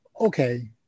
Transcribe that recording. okay